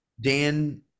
Dan